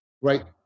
right